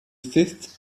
fifth